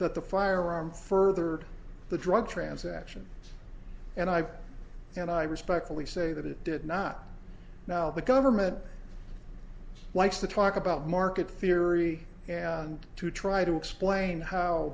that the firearm further the drug transaction and i've and i respectfully say that it did not now the government likes to talk about market theory and to try to explain how